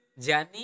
Jani